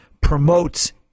promotes